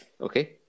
Okay